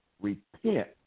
Repent